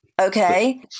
Okay